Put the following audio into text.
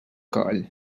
coll